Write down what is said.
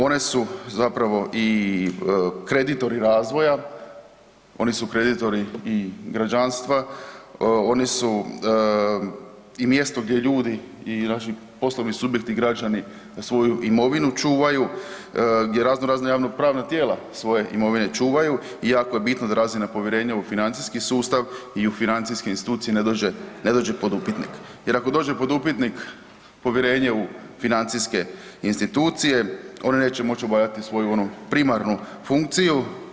One su i kreditori razvoja, oni su kreditori i građanstva, oni su i mjesto gdje ljudi i naši poslovni subjekti građani svoju imovinu čuvaju, gdje raznorazna javnopravna tijela svoje imovine čuvaju i jako je bitno da razina povjerenja u financijski sustav i u financijske institucije ne dođe pod upitnik jer ako dođe pod upitnik povjerenje u financijske institucije one neće moći obavljati svoju onu primarnu funkciju.